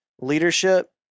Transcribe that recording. Leadership